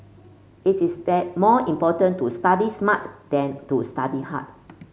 it is that more important to study smarts than to study hard